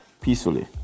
peacefully